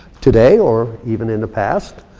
today or even in the past.